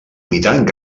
imitant